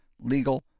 legal